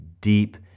deep